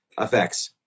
effects